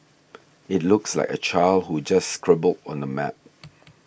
it looks like a child who just scribbled on the map